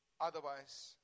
Otherwise